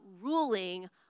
ruling